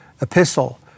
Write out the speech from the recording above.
epistle